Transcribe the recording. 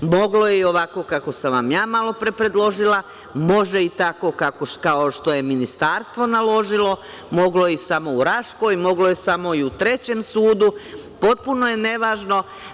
Moglo je i ovako kako sam vam ja malo pre predložila, može i tako kao što je ministarstvo naložilo, moglo je i samo u Raškoj, moglo je samo i u Trećem sudu, potpuno je nevažno.